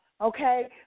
Okay